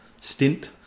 stint